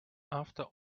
after